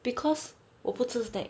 because 我不吃 snack